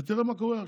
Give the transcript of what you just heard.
ותראה מה קורה עכשיו.